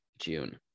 June